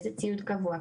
איזה ציוד קבוע,